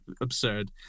absurd